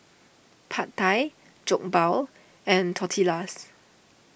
Pad Thai Jokbal and Tortillas